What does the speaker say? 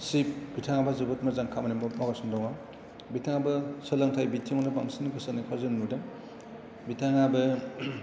chief बिथाङाबो जोबोद मोजां खामानिखौ मावगासिनो दङ बिथाङाबो सोलोंथाय बिथिंआवनो बांसिन गोसो होनायखौ जों नुदों बिथाङाबो